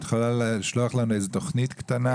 את יכולה שלשלוח לנו איזו תוכנית קטנה